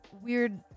weird